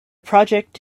project